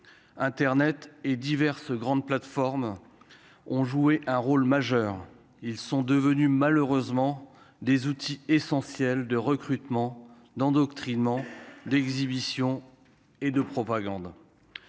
Internet et diverses grandes plateformes ont joué un rôle majeur, ils sont devenus malheureusement des outils essentiels de recrutement d'endoctrinement d'exhibition et de propagande,